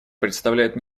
представляет